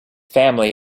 family